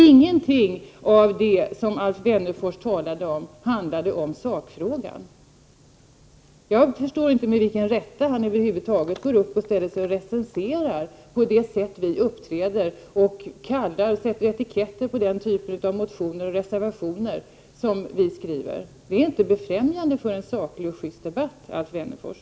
Ingenting av det som Alf Wennerfors berörde handlade om sakfrågan. Jag förstår inte med vilken rätt han över huvud taget recenserar det sätt på vilket vi andra uppträder och sätter etiketter på våra motioner och reservationer. Sådant är inte befrämjande för en saklig och schyst debatt, Alf Wennerfors!